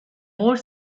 more